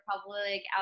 public